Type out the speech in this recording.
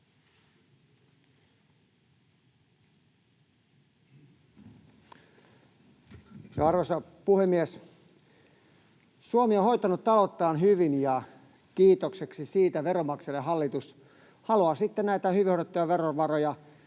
Arvoisa puhemies! Suomi on hoitanut ta-louttaan hyvin, ja kiitokseksi siitä veronmaksajille hallitus haluaa sitten näitä hyvin hoidettuja verovaroja